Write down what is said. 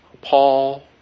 Paul